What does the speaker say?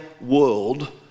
world